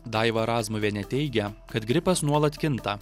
daiva razmuvienė teigia kad gripas nuolat kinta